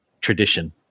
tradition